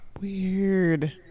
Weird